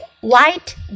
White